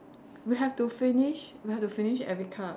we have to finish we have to finish every card